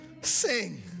Sing